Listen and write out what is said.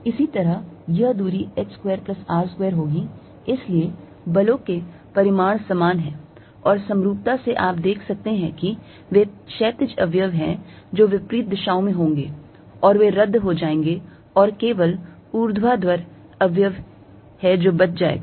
इसी तरह यह दूरी h square plus R square होगी इसलिए बलों के परिमाण समान हैं और समरूपता से आप देख सकते हैं कि वे क्षैतिज अवयव हैं जो विपरीत दिशाओं में होंगे और वे रद्द हो जाएंगे और केवल ऊर्ध्वाधर अवयव है जो बच जाएगा